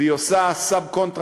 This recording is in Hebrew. והיא עושה subcontracting,